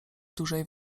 dużej